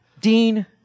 Dean